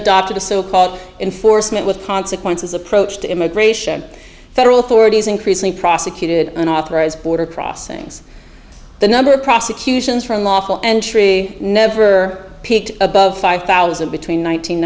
adopted a so called enforcement with consequences approach to immigration federal authorities increasingly prosecuted unauthorized border crossings the number of prosecutions for unlawful entry never peaked above five thousand between